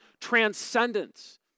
transcendence